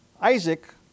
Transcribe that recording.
Isaac